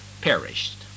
perished